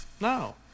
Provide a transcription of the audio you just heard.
No